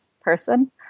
person